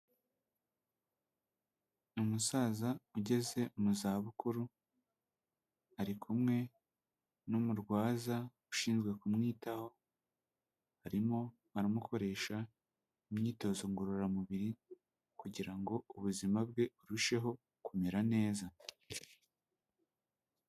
Umusaza ugeze mu zabukuru ari kumwe n'umurwaza ushinzwe kumwitaho, arimo aramukoresha imyitozo ngororamubiri kugira ngo ubuzima bwe burusheho kumera neza.